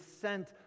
sent